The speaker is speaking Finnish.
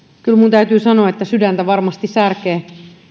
täytyy sanoa että sydäntä varmasti särkee